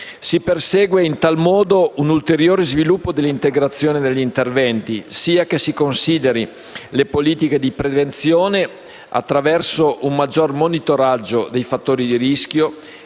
Si persegue in tal modo un ulteriore sviluppo dell'integrazione degli interventi sia che si consideri le politiche di prevenzione attraverso un maggior monitoraggio dei fattori di rischio